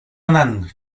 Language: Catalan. anant